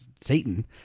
Satan